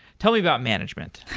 tell me about management,